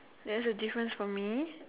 there's a difference for me